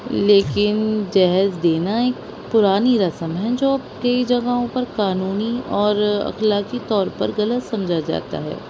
لیکن جہیز دینا ایک پرانی رسم ہے جو کئی جگہوں پر قانونی اور اخلاقی طور پر غلط سمجھا جاتا ہے